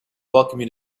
welcome